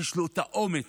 שיש לו את האומץ